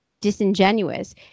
disingenuous